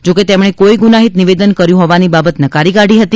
જો કે તેમણે કોઇ ગુનાહિત નિવેદન કર્યું હોવાની બાબત નકારી કાઢી હતી